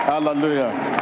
hallelujah